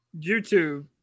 YouTube